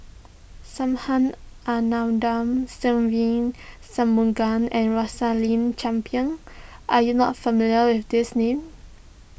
Subhas Anandan Se Ve Shanmugam and Rosaline Chan Pang are you not familiar with these names